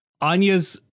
Anya's